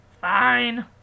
fine